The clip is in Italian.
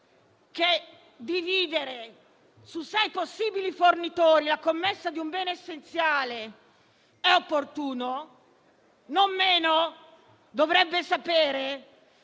dividere su sei possibili fornitori la commessa di un bene essenziale, ma non meno dovrebbe sapere